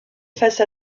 face